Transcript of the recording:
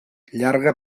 llarga